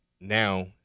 Now